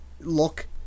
look